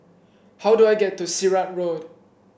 how do I get to Sirat Road